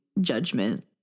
judgment